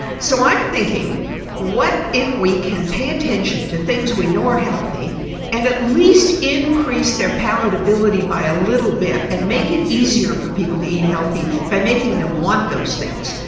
so i'm thinking what if we can pay attention to things we know are healthy and at least increase their palatability by a little bit and make it easier for people to eat healthy by making them want those things.